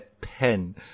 pen